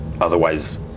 Otherwise